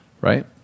Right